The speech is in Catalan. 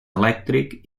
elèctric